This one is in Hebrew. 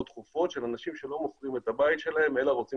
דחופות של אנשים שלא מוכרים את הבית שלהם אלא רוצים